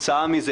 כתוצאה מזה,